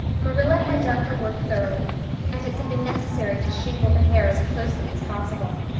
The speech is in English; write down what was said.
marilla had done her work thoroughly and it had been necessary to shingle the hair as closely as possible.